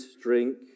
drink